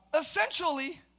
essentially